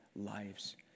lives